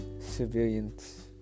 Civilians